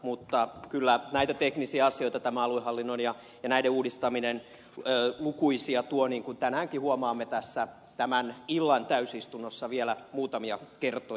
mutta kyllä näitä teknisiä asioita tämä aluehallinnon ja näiden uudistaminen lukuisia tuo niin kuin tänäänkin huomaamme tässä tämän illan täysistunnossa vielä muutamia kertoja käyvän